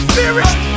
Spirit